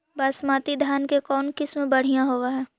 बासमती धान के कौन किसम बँढ़िया होब है?